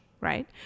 right